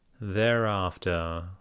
Thereafter